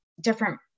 different